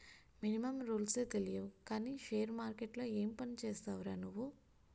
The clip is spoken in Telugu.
మినిమమ్ రూల్సే తెలియవు కానీ షేర్ మార్కెట్లో ఏం పనిచేస్తావురా నువ్వు?